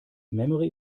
memory